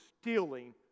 stealing